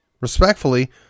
respectfully